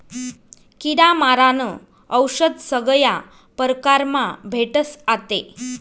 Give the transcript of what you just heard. किडा मारानं औशद सगया परकारमा भेटस आते